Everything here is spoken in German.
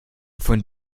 von